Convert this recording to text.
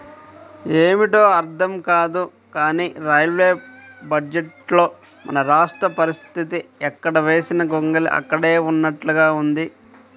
ఏమిటో అర్థం కాదు కానీ రైల్వే బడ్జెట్లో మన రాష్ట్ర పరిస్తితి ఎక్కడ వేసిన గొంగళి అక్కడే ఉన్నట్లుగా ఉంది